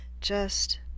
Just